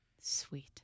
Sweet